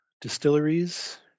distilleries